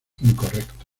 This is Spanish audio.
incorrecto